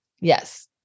Yes